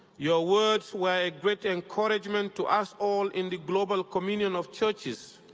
your words were a great encouragement to us all in the global communion of churches,